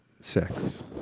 sex